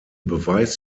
beweis